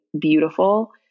beautiful